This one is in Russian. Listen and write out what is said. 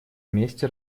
месте